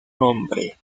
nombre